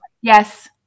Yes